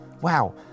Wow